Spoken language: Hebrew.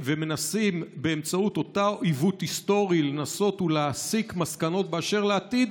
ומנסים באמצעות אותו עיוות היסטורי לנסות ולהסיק מסקנות באשר לעתיד,